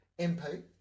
MP